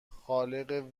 خالق